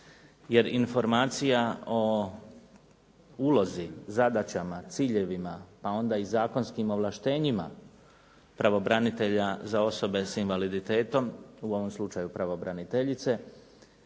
jer informacija o ulozi, zadaćama, ciljevima, pa onda i zakonskim ovlaštenjima pravobranitelja za osobe sa invaliditetom u ovom slučaju pravobraniteljice,